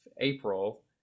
april